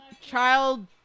child